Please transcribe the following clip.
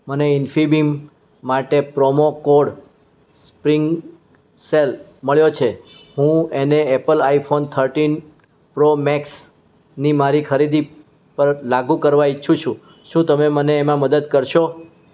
મને ઇન્ફીબીમ માટે promo code spring sale મળ્યો છે અને હું તેને એપલ આઈફોન થર્ટીન પ્રો મેક્સની મારી ખરીદી પર લાગુ કરવા ઈચ્છું છું શું તમે મને તેમાં મદદ કરશો